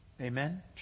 Amen